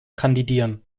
kandidieren